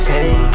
Hey